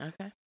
Okay